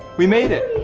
we made it.